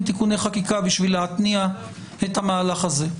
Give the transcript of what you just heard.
תיקוני חקיקה בשביל להתניע את המהלך הזה.